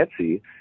Etsy